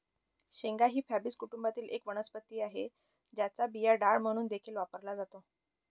शेंगा ही फॅबीसी कुटुंबातील एक वनस्पती आहे, ज्याचा बिया डाळ म्हणून देखील वापरला जातो